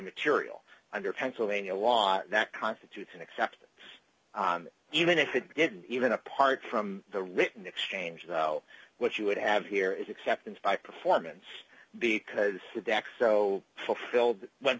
material under pennsylvania law that constitutes an exception even if it didn't even apart from the written exchange though what you would have here is acceptance by performance because the deck so fulfilled went